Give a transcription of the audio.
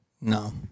No